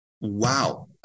Wow